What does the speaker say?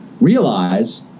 realize